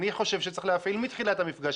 אני חושב שצריך להפעיל מתחילת המפגש,